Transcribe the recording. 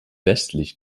westlich